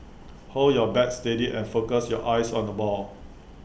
hold your bat steady and focus your eyes on the ball